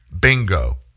Bingo